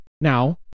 now